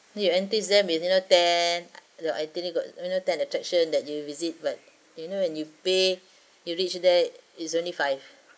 you entice them ten your itinerary got you know ten attraction that you visit but you know when you pay you reach there is only five